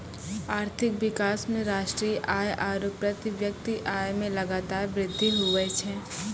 आर्थिक विकास मे राष्ट्रीय आय आरू प्रति व्यक्ति आय मे लगातार वृद्धि हुवै छै